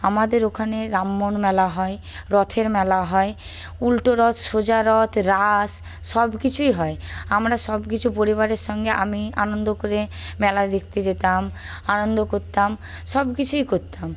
আমাদের ওখানে রামমোহন মেলা হয় রথের মেলা হয় উল্টো রথ সোজা রথ রাস সব কিছুই হয় আমরা সব কিছু পরিবারের সঙ্গে আমি আনন্দ করে মেলা দেখতে যেতাম আনন্দ করতাম সব কিছুই করতাম